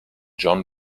john